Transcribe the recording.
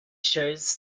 shows